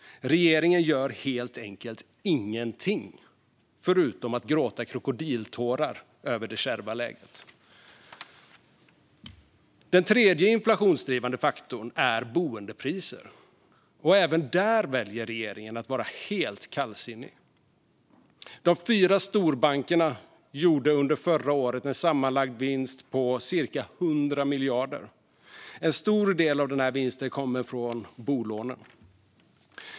Regeringen gör helt enkelt ingenting, förutom att gråta krokodiltårar över det kärva läget. Den tredje inflationsdrivande faktorn är boendepriser, och även där väljer regeringen att vara helt kallsinnig. De fyra storbankerna gjorde under förra året en sammanlagd vinst på cirka 100 miljarder, och en stor del av den vinsten kommer från bolånen.